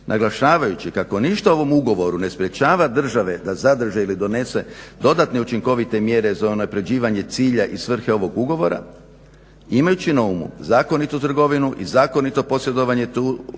naglašavajući kako ništa u ovom ugovoru ne sprečava države da zadrže ili donesu dodatne učinkovite mjere za unapređivanje cilja i svrhe ovog ugovora imajući na umu zakonitu trgovinu i zakonito posjedovanje te uporabu